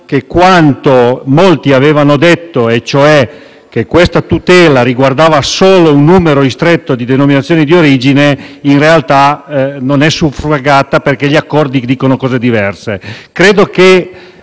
che quanto molti avevano detto, cioè che questa tutela riguardava solo un numero ristretto di denominazioni d'origine, in realtà non è suffragato perché gli accordi dicono cose diverse. A mio